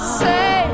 say